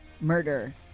murder